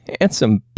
handsome